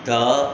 तऽ